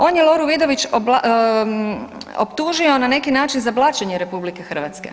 On je Loru Vidović optužio na neki način za blaćenje RH.